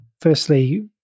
firstly